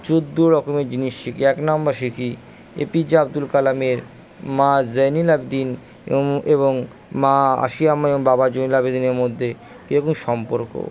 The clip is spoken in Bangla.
চোদ্দো রকমের জিনিস শিখি এক নাম্বার শিখি এপিজে আবদুল কালামের মা জেনিলাদ্দিন এবং মা আশিয়াম্মা বাবা জয়নুলাবেদিন মধ্যে কি রকম সম্পর্ক